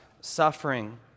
suffering